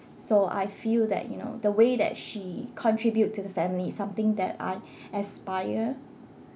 so I feel that you know the way that she contribute to the family is something that I aspire